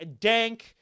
dank